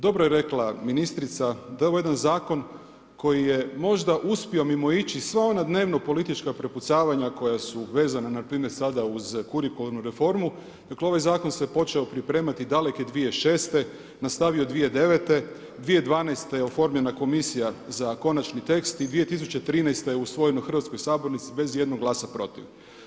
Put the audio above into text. Dobro je rekla ministrica da je ovo jedan zakon koji je možda uspio mimoići sva ona dnevnopolitička prepucavanja koja su vezana npr. sada uz kurikularnu reformu, dakle ovaj zakon se počeo pripremati daleke 2006., nastavio 2009., 2012. je oformljena komisija za konačni tekst i 2013. usvojen u Hrvatskom saboru bez ijednog glasa protiv.